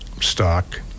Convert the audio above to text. stock